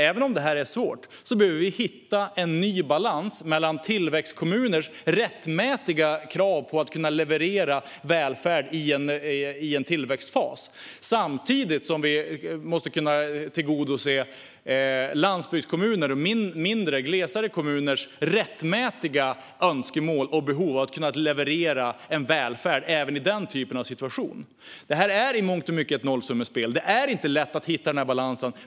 Även om det är svårt behöver vi hitta en ny balans mellan tillväxtkommuners rättmätiga krav på att kunna leverera välfärd i en tillväxtfas, samtidigt som vi måste kunna tillgodose landsbygdskommuner och mindre, mer glesbebodda kommuners rättmätiga önskemål och behov av att kunna leverera välfärd även i den typen av situation. Det här är i mångt och mycket ett nollsummespel. Det är inte lätt att hitta en balans.